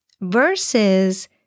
versus